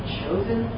chosen